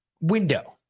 window